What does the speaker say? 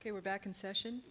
ok we're back in session